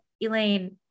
Elaine